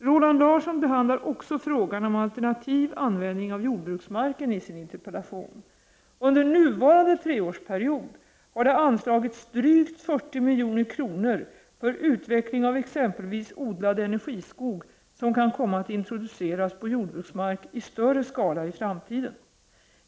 Roland Larsson behandlar också frågan om alternativ användning av jordbruksmarken i sin interpellation. Under nuvarande treårsperiod har det anslagits drygt 40 milj.kr. för utveckling av exempelvis odlad energiskog som kan komma att introduceras på jordbruksmark i större skala i framtiden.